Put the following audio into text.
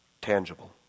tangible